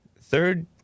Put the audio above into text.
Third